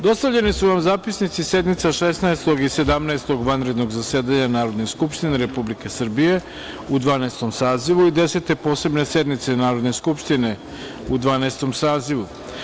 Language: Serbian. Dostavljeni su vam zapisnici sednica Šesnaestog i Sedamnaestog vanrednog zasedanja Narodne skupštine Republike Srbije u Dvanaestom sazivu i Desete posebne sednice Narodne skupštine u Dvanaestom sazivu.